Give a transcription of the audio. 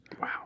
Wow